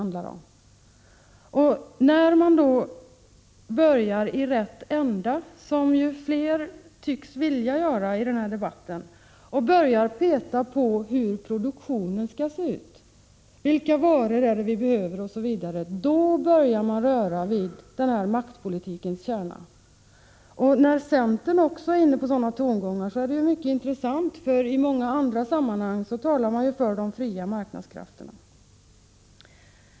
När man då börjar i rätt ända, som allt fler tycks vilja göra i debatten, och pekar på hur produktionen skall se ut, vilka varor som vi behöver osv., då börjar man röra vid denna maktpolitiks kärna. Det är intressant att även centern är inne på sådana tongångar. I många andra sammanhang talar ju centern om de fria marknadskrafterna.